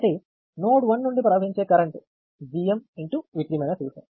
కాబట్టి నోడ్ 1 నుండి ప్రవహించే కరెంట్ G